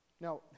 Now